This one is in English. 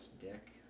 dick